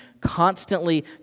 constantly